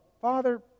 Father